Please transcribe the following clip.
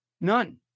None